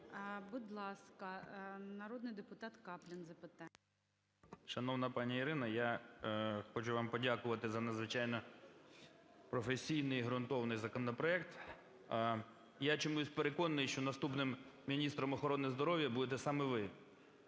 Будь ласка, народний депутат Каплін, запитання. 12:56:03 КАПЛІН С.М. Шановна пані Ірино, я хочу вам подякувати за надзвичайно професійний, ґрунтовний законопроект. Я чомусь переконаний, що наступним міністром охорони здоров'я будете саме ви.